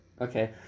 Okay